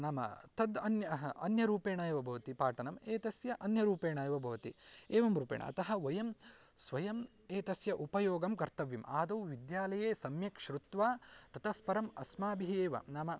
नाम तद् अन्यः अन्यरूपेण एव भवति पाठनम् एतस्य अन्यरूपेण एव भवति एवं रूपेण अतः वयं स्वयम् एतस्य उपयोगः कर्तव्यः आदौ विद्यालये सम्यक् श्रुत्वा ततः परम् अस्माभिः एव नाम